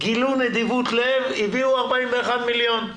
גילו נדיבות לב הביאו 41 מיליון,